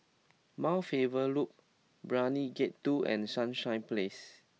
Mount Faber Loop Brani Gate two and Sunshine Place